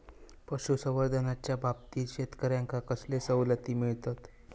पशुसंवर्धनाच्याबाबतीत शेतकऱ्यांका कसले सवलती मिळतत?